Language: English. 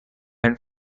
and